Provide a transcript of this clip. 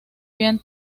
bien